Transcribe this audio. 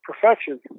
Perfection